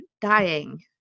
dying